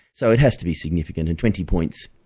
so it has to be significant and twenty points,